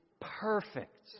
perfect